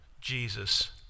Jesus